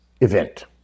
event